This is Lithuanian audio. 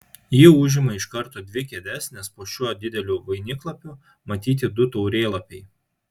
ji užima iš karto dvi kėdes nes po šiuo dideliu vainiklapiu matyti du taurėlapiai